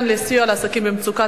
החוק.